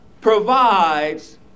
provides